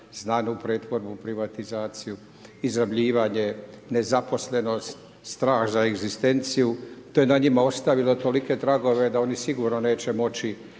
znadu pretvorbu i privatizaciju, izrabljivanje, nezaposlenost, strah za egzistenciju, te na njima ostavilo tolike tragove da oni sigurno neće moći